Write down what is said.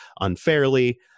unfairly